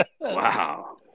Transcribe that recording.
Wow